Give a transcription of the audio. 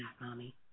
mommy